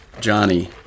Johnny